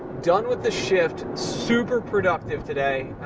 done with the shift, super productive today.